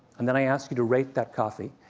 and then i asked you to rate that coffee,